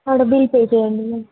అక్కడ bill pay చేయండి ma'am